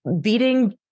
beating